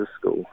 School